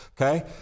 Okay